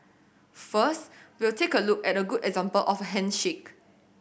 first we'll take a look at a good example of handshake